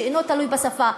שאינו תלוי בשפה.